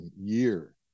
year